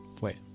Wait